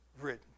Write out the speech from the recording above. written